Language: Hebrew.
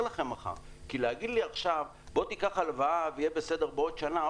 לכם מחר כי לומר לי עכשיו בוא קח הלוואה ויהיה בסדר בעוד שנה,